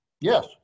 Yes